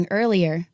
earlier